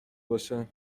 باشه